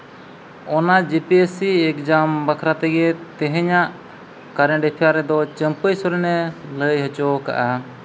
ᱚᱱᱟ ᱡᱮ P S C exam ᱵᱟᱠᱷᱨᱟ ᱛᱮᱜᱮ ᱛᱮᱦᱮᱧᱟᱜ ᱠᱟᱨᱮᱱᱴ ᱮᱯᱷᱮᱭᱟᱨ ᱨᱮᱫᱚ ᱪᱟᱹᱢᱯᱟᱹᱭ ᱥᱚᱨᱮᱱᱮ ᱞᱟᱹᱭ ᱦᱚᱪᱚᱜ ᱠᱟᱜᱼᱟ